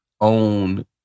own